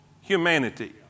humanity